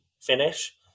finish